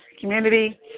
community